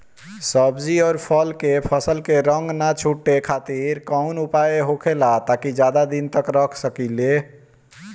सब्जी और फल के फसल के रंग न छुटे खातिर काउन उपाय होखेला ताकि ज्यादा दिन तक रख सकिले?